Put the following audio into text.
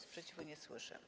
Sprzeciwu nie słyszę.